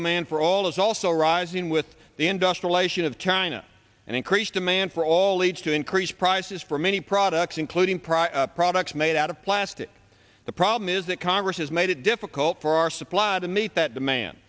demand for all is also rising with the industrial asian of china and increased demand for all leads to increased prices for many products including prior products made out of plastic the problem is that congress has made it difficult for our supply to meet that demand